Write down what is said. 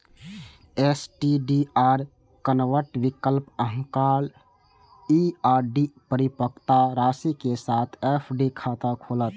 STDR convert विकल्प अहांक ई आर.डी परिपक्वता राशि के साथ एफ.डी खाता खोलत